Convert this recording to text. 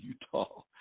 Utah